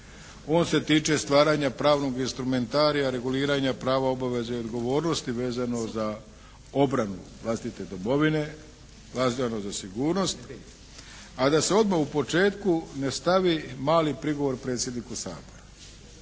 on se tiče stvaranja pravnog instrumentarija reguliranja prava obaveze i odgovornosti vezano za obranu vlastite domovine …/Govornik se ne razumije./… za sigurnost, a da se odmah u početku ne stavi mali prigovor predsjedniku Sabora.